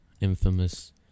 infamous